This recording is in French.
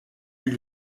eut